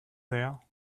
there